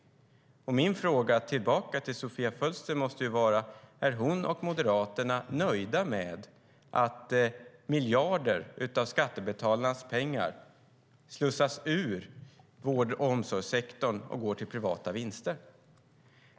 Min fråga tillbaka till Sofia Fölster måste vara: Är hon och Moderaterna nöjda med att miljarder av skattebetalarnas pengar slussas ut ur vård och omsorgssektorn och går till privata vinster?